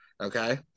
Okay